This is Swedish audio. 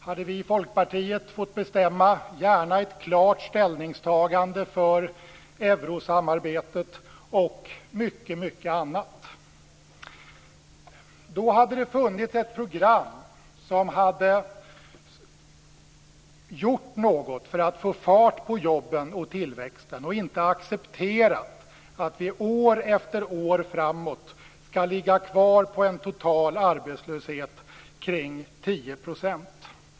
Hade vi i Folkpartiet fått bestämma hade det också gärna innehållit ett klart ställningstagande för eurosamarbetet och mycket annat. Då hade det funnits ett program för att göra något för att få fart på jobben och tillväxten. Det hade inte accepterats att vi år efter år framöver skall ligga kvar på en total arbetslöshet kring 10 %.